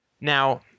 Now